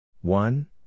One